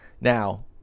Now